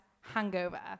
hangover